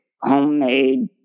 homemade